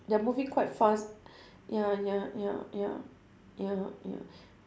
they're moving quite fast ya ya ya ya ya ya